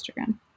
Instagram